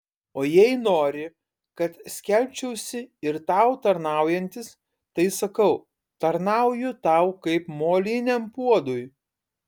o jei nori kad skelbčiausi ir tau tarnaujantis tai sakau tarnauju tau kaip moliniam puodui